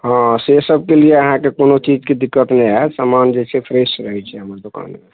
हँ से सबके लिए अहाँके कोनो चीजके दिक्कत नहि हैत सामान जे छै फ्रेश रहय छै हमर दोकानमे